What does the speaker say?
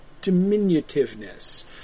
diminutiveness